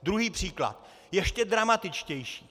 Druhý příklad, ještě dramatičtější.